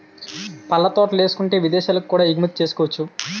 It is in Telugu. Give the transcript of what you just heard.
పళ్ళ తోటలేసుకుంటే ఇదేశాలకు కూడా ఎగుమతి సేసుకోవచ్చును